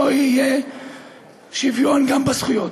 שלא יהיה שוויון גם בזכויות,